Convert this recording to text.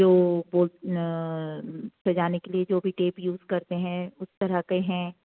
जो बो सजाने के लिए जो भी टेप यूज़ करते हैं उस तरह से हैं